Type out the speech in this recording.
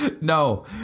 no